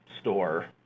store